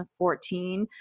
2014